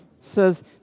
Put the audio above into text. says